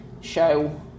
show